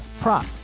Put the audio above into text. prop